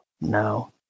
No